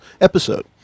episode